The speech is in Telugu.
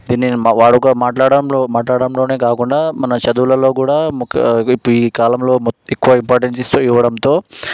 దీన్ని వాడుక మాట్లాడటంలో మాట్లాడటంలో కాకుండా ఈ చదువులలో కూడా ముఖ్య ఈ కాలంలో ఎక్కువ ఇంపార్టెన్స్ ఇస్తూ ఇవ్వడంతో